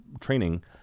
training